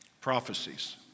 Prophecies